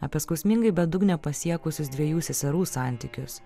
apie skausmingai bedugnę pasiekusius dviejų seserų santykius